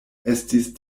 estis